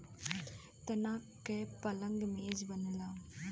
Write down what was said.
तना के पलंग मेज बनला